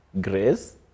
grace